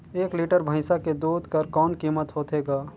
एक लीटर भैंसा के दूध कर कौन कीमत होथे ग?